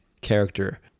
character